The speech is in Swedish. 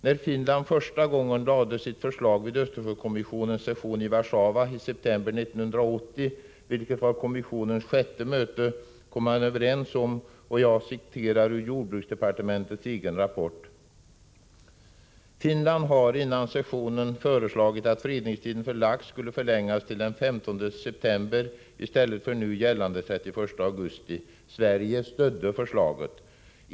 När Finland första gången lade fram sitt förslag vid Östersjökommissionens session i Warszawa i september 1980, vilket var kommissionens sjätte möte, kom man överens om följande; jag citerar ur jordbruksdepartementets egen rapport: ”Finland hade innan sessionen föreslagit att fredningstiden för lax skulle förlängas till den 15 september i stället för nu gällande 31 augusti. Sverige stödde förslaget.